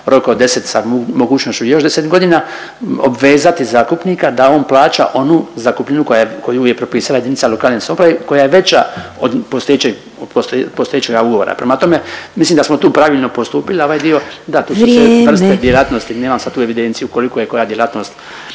rok od 10 sa mogućnošću još 10 godina, obvezati zakupnika da on plaća onu zakupninu koju je propisala jedinica lokalne samouprave koja je veća od postojećega ugovora. Prema tome, mislim da smo tu pravilno postupili, a ovaj dio …/Upadica Glasovac: Vrijeme./… da su sve vrste djelatnosti nemam sad tu evidenciju koliko je koja djelatnost